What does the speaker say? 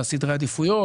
גם על סדרי עדיפויות,